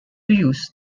use